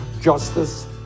justice